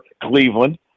Cleveland